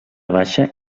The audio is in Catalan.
baixa